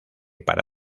para